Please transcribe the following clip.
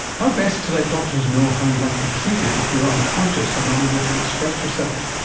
how best to let doctors know how you'd like to be treated if you're unconscious or not able to express yourself?